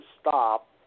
stop